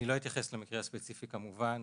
אני לא אתייחס למקרה הספציפי כמובן.